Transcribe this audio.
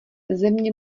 země